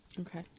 Okay